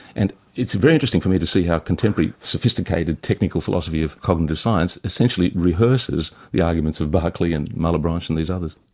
and it's very interesting for me to see how contemporary sophisticated technical philosophy of cognitive science essentially rehearses the arguments of berkeley and malebranche and these others.